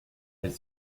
elle